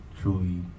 truly